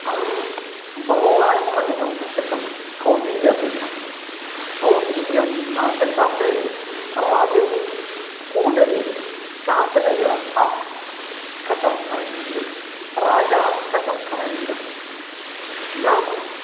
अहं बहुवारं पठितुं पुस्तकं कौटिल्य अर्थशास्त्रं कौटिल्य अर्थशास्त्रे राजनीतिः कूटनीतिः शासनव्यवस्था कथं करणीया राजा कथं करणीयं नाम